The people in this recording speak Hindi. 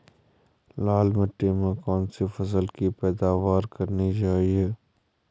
लाल मिट्टी में कौन सी फसल की पैदावार करनी चाहिए?